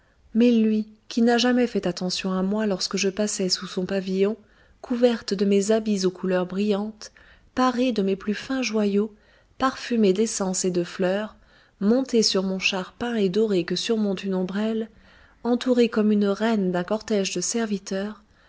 mais lui qui n'a jamais fait attention à moi lorsque je passais sous son pavillon couverte de mes habits aux couleurs brillantes parée de mes plus fins joyaux parfumée d'essences et de fleurs montée sur mon char peint et doré que surmonte une ombrelle entourée comme une reine d'un cortège de serviteurs